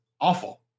awful